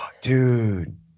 dude